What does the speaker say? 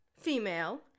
female